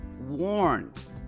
warned